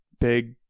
big